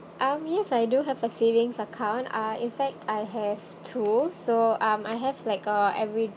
um yes I do have a savings account uh in fact I have two so um I have like uh every